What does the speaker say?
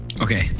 Okay